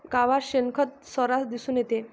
गावात शेणखत सर्रास दिसून येते